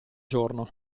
giorno